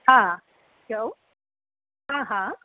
हा चओ हा हा